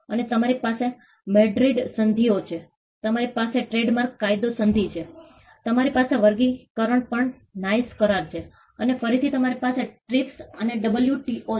અને તમારી પાસે મેડ્રિડ સંધિઓ છે તમારી પાસે ટ્રેડમાર્ક કાયદો સંધિ છે તમારી પાસે વર્ગીકરણ પર નાઇસ કરાર છે અને ફરીથી તમારી પાસે ટ્રીપ્સ અને ડબ્લ્યુટીઓ છે